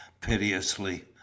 piteously